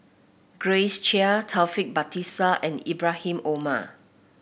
Grace Chia Taufik Batisah and Ibrahim Omar